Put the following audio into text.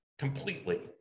completely